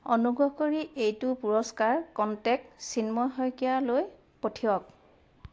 অনুগ্ৰহ কৰি এইটো পুৰস্কাৰ কণ্টেক চিন্ময় শইকীয়ালৈ পঠিয়াওক